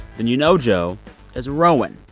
then you know joe as rowan,